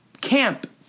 camp